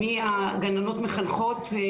אתם חלק מהמעטפת הזאת.